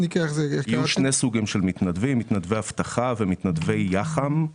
יהיו שני סוגים אבטחה ומתנדבי יח"מ,